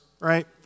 right